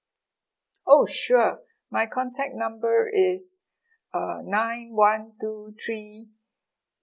oh sure my contact number is uh nine one two three